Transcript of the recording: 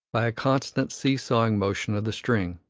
by a constant seesawing motion of the string.